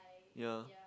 ya